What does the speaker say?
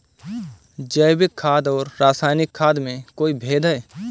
जैविक खाद और रासायनिक खाद में कोई भेद है?